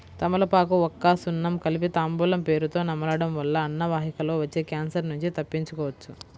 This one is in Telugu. తమలపాకు, వక్క, సున్నం కలిపి తాంబూలం పేరుతొ నమలడం వల్ల అన్నవాహికలో వచ్చే క్యాన్సర్ నుంచి తప్పించుకోవచ్చు